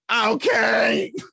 Okay